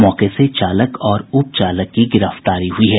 मौके से चालक और उपचालक की गिरफ्तारी हुई है